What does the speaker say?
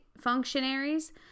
functionaries